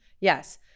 Yes